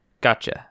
Gotcha